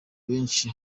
benshi